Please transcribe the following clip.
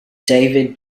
david